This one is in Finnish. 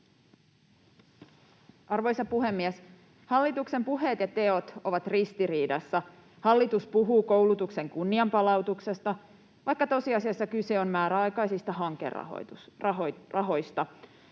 Arvoisa puhemies! Hallituksen puheet ja teot ovat ristiriidassa. Hallitus puhuu koulutuksen kunnianpalautuksesta, vaikka tosiasiassa kyse on määräaikaisista hankerahoista.